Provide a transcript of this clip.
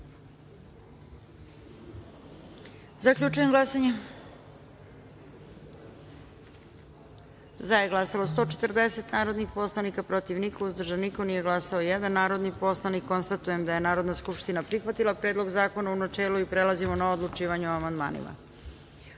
načelu. Zaključujem glasanje: za – 144 narodnih poslanika, protiv – niko, uzdržan – niko, nije glasao jedan narodni poslanik. Konstatujem da je Narodna skupština prihvatila Predlog zakona u načelu. Prelazimo na odlučivanje o amandmanima. Na